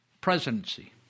presidency